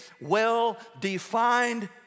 well-defined